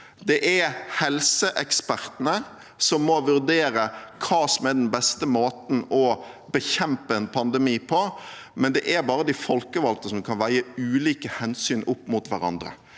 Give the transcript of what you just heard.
Det er helseekspertene som må vurdere hva som er den beste måten å bekjempe en pandemi på, men det er bare de folkevalgte som kan veie ulike hensyn opp mot hverandre.